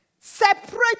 Separate